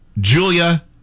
Julia